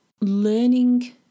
learning